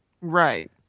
Right